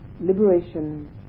liberation